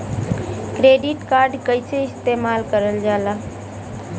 Credit card कईसे इस्तेमाल करल जाला?